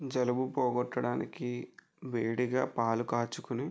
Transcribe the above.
జలుబు పోగొట్టడానికి వేడిగా పాలు కాచుకొని